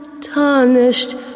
tarnished